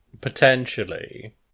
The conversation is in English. potentially